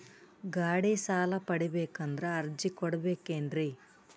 ಗಾಡಿ ಸಾಲ ಪಡಿಬೇಕಂದರ ಅರ್ಜಿ ಕೊಡಬೇಕೆನ್ರಿ?